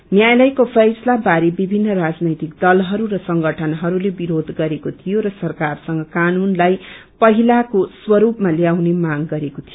न्यायालयको फैसला बारे विभिन्न राजनैतिक दलहरू र संगठनहस्ते विरोध गरेको थियो र सरकारसँग क्रानूनलाई पहिलाको स्वरूपमा ल्याउने माग गरेको थियो